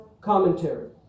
commentary